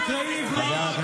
תקראי עברית,